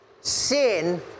sin